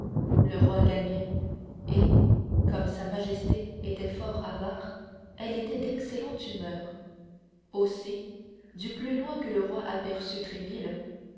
le roi gagnait et comme sa majesté était fort avare elle était d'excellente humeur aussi du plus loin que le roi